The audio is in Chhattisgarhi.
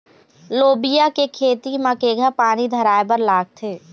लोबिया के खेती म केघा पानी धराएबर लागथे?